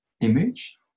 image